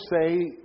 say